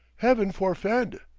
heaven forfend!